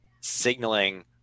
signaling